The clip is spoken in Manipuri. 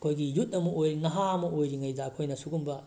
ꯑꯩꯈꯣꯏꯒꯤ ꯌꯨꯠ ꯑꯃ ꯑꯣꯏ ꯅꯍꯥ ꯑꯃ ꯑꯣꯏꯔꯤꯉꯩꯗ ꯑꯩꯈꯣꯏꯅ ꯁꯤꯒꯨꯝꯕ